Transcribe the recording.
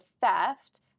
theft